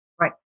Right